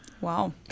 Wow